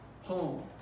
home